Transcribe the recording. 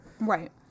Right